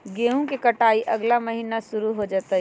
गेहूं के कटाई अगला महीना शुरू हो जयतय